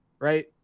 Right